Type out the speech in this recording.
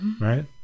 Right